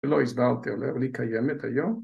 ‫לא הסברתם, אבל היא קיימת היום.